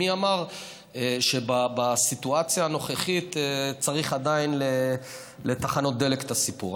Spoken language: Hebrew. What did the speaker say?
מי אמר שבסיטואציה הנוכחית צריך עדיין לתחנות דלק את הסיפור?